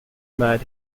mad